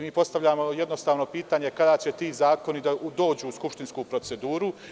Mi postavljamo jednostavno pitanje – kada će ti zakoni doći u skupštinsku proceduru?